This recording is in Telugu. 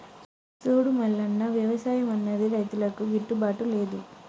సూడు మల్లన్న, వ్యవసాయం అన్నది రైతులకు గిట్టుబాటు లేదు